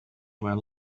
were